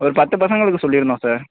ஒரு பத்து பசங்களுக்கு சொல்லியிருந்தோம் சார்